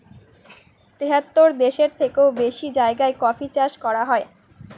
তেহাত্তর দেশের থেকেও বেশি জায়গায় কফি চাষ করা হয়